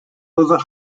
other